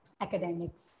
academics